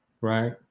right